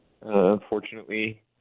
unfortunately